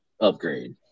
upgrade